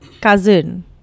cousin